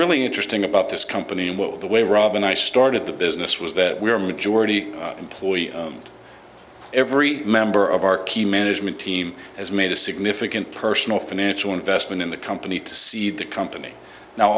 really interesting about this company and what the way rob and i started the business was that we are majority employee and every member of our key management team has made a significant personal financial investment in the company to seed the company now